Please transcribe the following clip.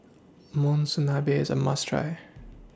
Monsunabe IS A must Try